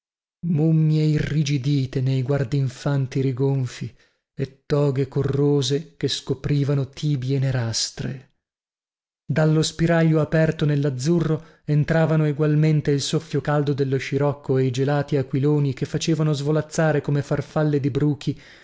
mummie irrigidite nei guardinfanti rigonfi e toghe corrose che scoprivano tibie nerastre dallo spiraglio aperto nellazzurro entravano egualmente il soffio caldo dello scirocco e i gelati aquiloni che facevano svolazzare come farfalle di bruchi